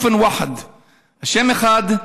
שָווֶה לו אין גם אחד,) השם אחד,